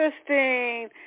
Interesting